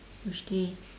which day